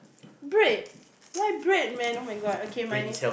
bread why bread man oh-my-God okay my